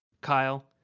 Kyle